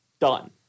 Done